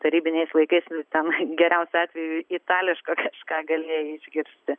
tarybiniais laikais nu tenai geriausiu atveju itališką kažką galėjai išgirsti